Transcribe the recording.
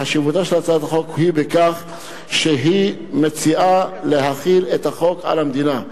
חשיבותה של הצעת החוק היא בכך שהיא מציעה להחיל את החוק על המדינה.